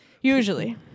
Usually